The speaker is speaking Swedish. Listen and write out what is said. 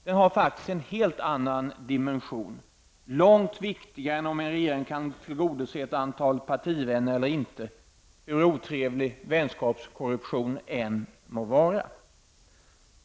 Den har en helt annan dimension, långt viktigare än om en regering kan tillgodose ett antal partivänner eller inte, hur otrevlig vänskapskorruption än må vara.